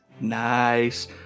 Nice